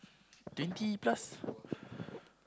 twenty plus